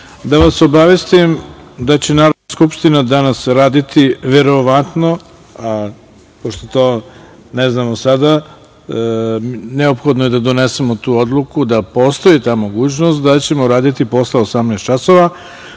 da vas obavestim da će Narodna skupština danas raditi, verovatno, pošto to ne znamo sada, neophodno je da donesemo tu odluku da postoji ta mogućnost da ćemo radi i posle 18 časova,